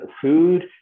food